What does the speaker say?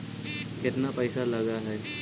केतना पैसा लगय है?